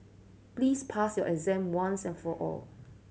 please pass your exam once and for all